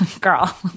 Girl